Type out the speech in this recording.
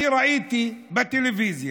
אני ראיתי בטלוויזיה